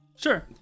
Sure